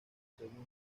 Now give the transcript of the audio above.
segundo